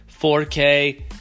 4K